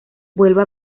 vuelva